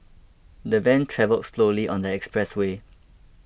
the van travelled slowly on the expressway